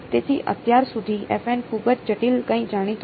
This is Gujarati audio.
તેથી અત્યાર સુધી ખૂબ જ જટિલ કંઈ જાણીતું નથી